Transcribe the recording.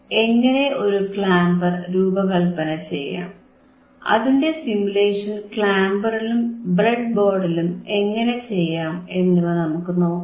എങ്ങനെ ഒരു ക്ലാംപർ രൂപകല്പന ചെയ്യാം അതിന്റെ സിമുലേഷൻ ക്ലാംപറിലും ബ്രെഡ്ബോർഡിലും എങ്ങനെ ചെയ്യാം എന്നിവ നമുക്കു നോക്കാം